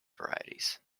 varieties